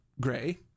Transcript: gray